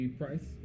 price